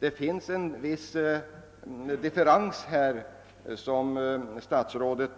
Det finns väl en viss differens på den här punkten som statsrådet